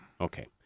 Okay